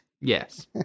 Yes